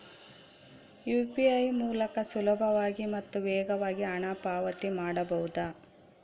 UPI ಮೂಲಕ ಸುಲಭವಾಗಿ ಮತ್ತು ವೇಗವಾಗಿ ಹಣ ಪಾವತಿ ಮಾಡಬಹುದಾ?